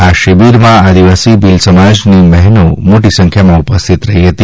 આ શિબિરમાં આદિવાસી ભીલ સમાજની બહેનો મોટી સંખ્યામાં ઉપસ્થિત રહી હતી